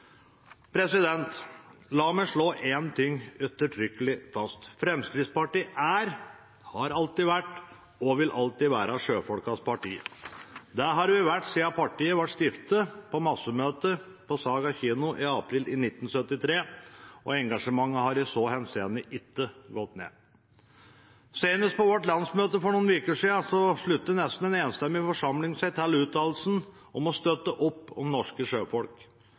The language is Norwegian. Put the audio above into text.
La meg slå én ting ettertrykkelig fast: Fremskrittspartiet er, har alltid vært og vil alltid være sjøfolkenes parti. Det har vi vært siden partiet ble stiftet på massemøtet på Saga kino i april 1973, og engasjementet har i så henseende ikke gått ned. Senest på vårt landsmøte for noen uker siden sluttet en nesten enstemmig forsamling seg til uttalelsen om å støtte opp om norske sjøfolk.